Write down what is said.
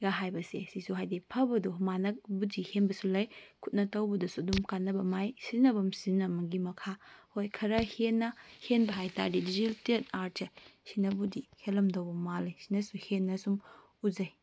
ꯒ ꯍꯥꯏꯕꯁꯦ ꯁꯤꯁꯨꯨ ꯍꯥꯏꯗꯤ ꯐꯕꯗꯣ ꯃꯥꯅꯕꯨꯗꯤ ꯍꯦꯟꯕꯁꯨ ꯂꯩ ꯈꯨꯠꯅ ꯇꯧꯕꯗꯁꯨ ꯑꯗꯨꯝ ꯀꯥꯟꯅꯕ ꯃꯥꯏ ꯁꯤꯖꯤꯟꯅꯐꯝ ꯁꯤꯖꯤꯟꯅꯐꯝꯒꯤ ꯃꯈꯥ ꯍꯣꯏ ꯈꯔꯥ ꯍꯦꯟꯅ ꯍꯦꯟꯕ ꯍꯥꯏꯇꯥꯔꯗ ꯗꯤꯖꯤꯇꯦꯜ ꯑꯥꯔꯠꯁꯦ ꯁꯤꯅꯕꯨꯗꯤ ꯍꯦꯟꯂꯝꯗꯧꯕ ꯃꯥꯟꯂꯦ ꯁꯤꯅꯁꯨ ꯍꯦꯟꯅ ꯁꯨꯝ ꯎꯖꯩ